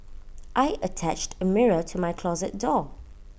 I attached A mirror to my closet door